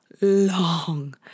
long